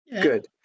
good